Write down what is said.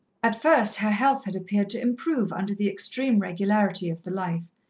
at first her health had appeared to improve under the extreme regularity of the life,